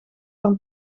van